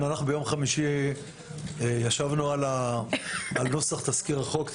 ביום חמישי ישבנו על נוסח תזכיר החוק,